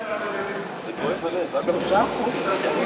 ההשוואה לשנה קודמת?